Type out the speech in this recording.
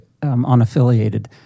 unaffiliated